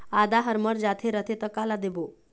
आदा हर मर जाथे रथे त काला देबो?